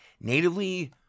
natively